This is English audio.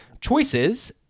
choices